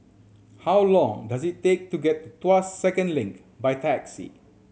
how long does it take to get to Tuas Second Link by taxi